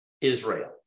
israel